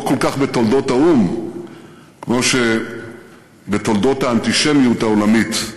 לא כל כך בתולדות האו"ם כמו בתולדות האנטישמיות העולמית.